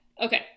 Okay